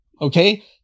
Okay